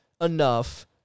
enough